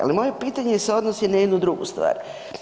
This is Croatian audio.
Ali moje pitanje se odnosi na jednu drugu stvar.